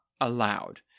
allowed